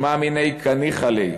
שמע מינה קא ניחא להו.